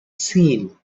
seen